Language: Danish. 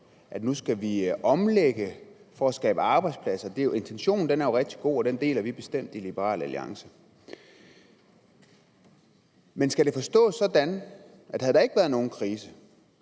krise, skal vi omlægge for at skabe arbejdspladser. Intentionen er rigtig god, og vi deler den bestemt i Liberal Alliance. Men skal det forstås sådan, at hvis der ikke havde været nogen krise,